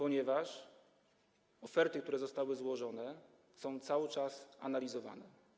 oferty, które zostały złożone, są cały czas analizowane.